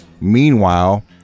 Meanwhile